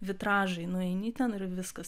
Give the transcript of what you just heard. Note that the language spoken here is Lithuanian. vitražai nueini ten ir viskas